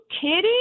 kidding